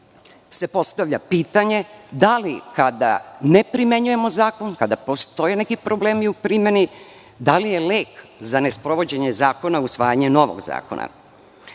postavlja se pitanje – da li kada ne primenjujemo zakon, kada postoje neki problemi u primeni, da li je lek za nesprovođenje zakona usvajanje novog zakona? Mislim